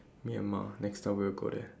Myanmar next time we'll go there